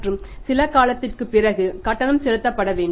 மற்றும் சில காலத்திற்குப் பிறகு கட்டணம் செலுத்தப்பட வேண்டும்